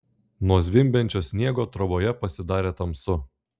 nuo zvimbiančio sniego troboje pasidarė tamsu